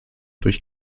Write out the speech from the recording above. durch